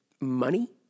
money